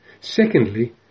Secondly